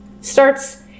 starts